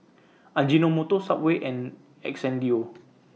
Ajinomoto Subway and Xndo